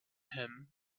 him